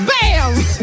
Bam